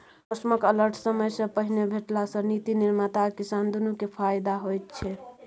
मौसमक अलर्ट समयसँ पहिने भेटला सँ नीति निर्माता आ किसान दुनु केँ फाएदा होइ छै